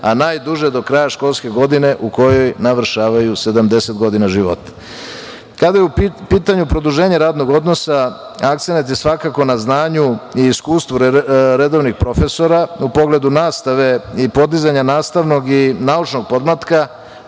a najduže do kraja školske godine u kojoj navršavaju 70 godina života. Kada je u pitanju produženje radnog odnosa akcenat je svakako na znanju i iskustvu redovnih profesora u pogledu nastave i podizanja nastavnog i naučnog podmlatka,